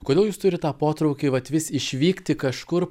kodėl jūs turit tą potraukį vat vis išvykti kažkur